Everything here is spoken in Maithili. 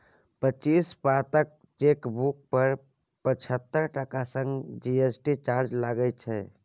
पच्चीस पातक चेकबुक पर पचहत्तर टका संग जी.एस.टी चार्ज लागय छै